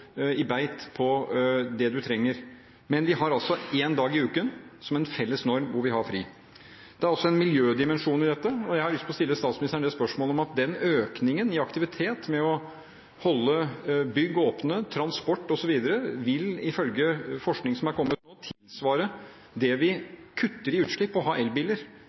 i beit for det en trenger, men vi har altså én dag i uken som en felles norm hvor vi har fri. Det er også en miljødimensjon i dette, og jeg har lyst til å stille statsministeren spørsmål om at den økningen i aktivitet med å holde bygg åpne, transport osv. vil, ifølge forskning som har kommet, tilsvare det vi kutter i utslipp ved å ha elbiler.